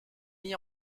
mis